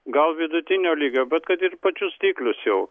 gal vidutinio lygio bet kad ir į pačius stiklius jau